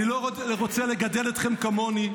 אני לא רוצה לגדל אתכם כמוני,